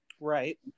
Right